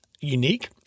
unique